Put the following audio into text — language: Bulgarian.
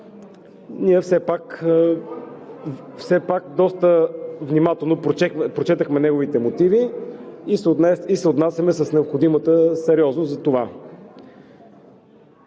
ние все пак доста внимателно прочетохме неговите мотиви и се отнасяме с необходимата сериозност за това.